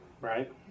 right